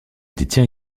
détient